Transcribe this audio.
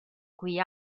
cui